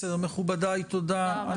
מכובדיי, תודה.